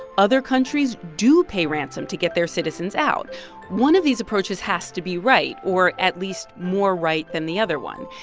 other countries do pay ransom to get their citizens out one of these approaches has to be right or, at least, more right than the other one.